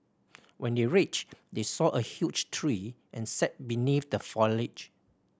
when they reach they saw a huge tree and sat beneath the foliage